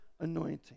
anointing